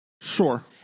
sure